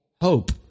hope